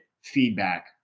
feedback